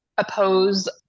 oppose